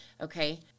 Okay